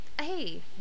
Hey